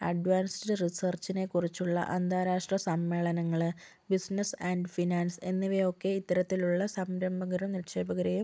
advanced റിസർച്ചിനെ കുറിച്ചുള്ള അന്താരാഷ്ട്ര സമ്മേളനങ്ങള് ബിസിനസ് ആൻ്റ് ഫിനാൻസ് എന്നിവയൊക്കെ ഇത്തരത്തിലുള്ള സംരംഭകരും നിക്ഷേപകരെയും